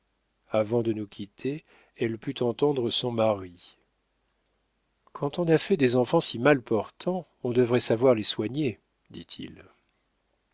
avant de nous quitter elle put entendre son mari quand on a fait des enfants si mal portants on devrait savoir les soigner dit-il